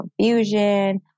confusion